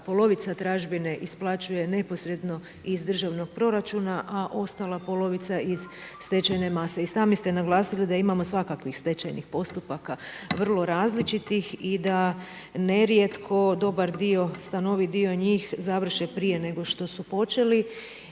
polovica tražbine isplaćuje neposredno iz državnog proračuna a ostala polovica iz stečajne mase. I sami ste naglasili da imamo svakakvih stečajnih postupaka, vrlo različitih i da ne rijetko dobar dio, stanovit dio njih završe prije nego što su počeli